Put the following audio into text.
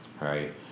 right